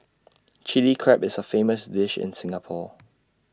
Chilli Crab is A famous dish in Singapore